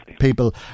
people